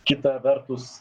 kita vertus